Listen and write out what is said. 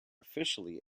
officially